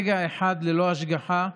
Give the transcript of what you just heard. רגע אחד ללא השגחה,